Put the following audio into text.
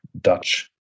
Dutch